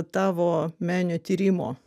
tavo meninio tyrimo